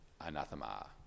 anathema